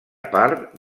part